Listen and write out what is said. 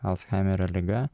alzhaimerio liga